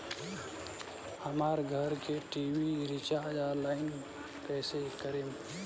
हमार घर के टी.वी रीचार्ज ऑनलाइन कैसे करेम?